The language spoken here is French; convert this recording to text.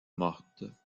morte